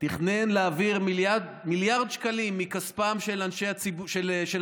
תכנן להעביר מיליארד שקלים מכספם של התושבים,